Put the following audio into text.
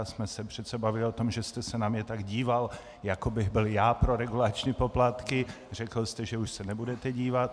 Tehdy jsme se přece bavili o tom, že jste se na mě tak díval, jako bych byl já pro regulační poplatky, řekl jste, že už se nebudete dívat.